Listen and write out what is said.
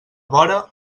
vora